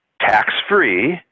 tax-free